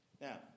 Now